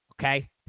okay